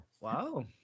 Wow